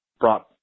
brought